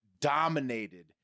dominated